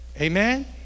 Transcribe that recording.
amen